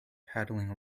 paddling